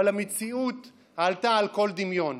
אבל המציאות עלתה על כל דמיון.